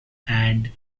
and